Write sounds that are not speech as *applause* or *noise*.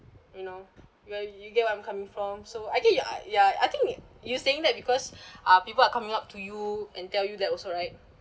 you know well you get what I'm coming from so I think ya ya I think it you saying that because *breath* uh people are coming up to you and tell you that also right